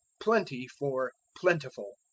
plenty for plentiful.